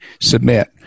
submit